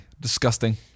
Disgusting